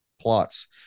plots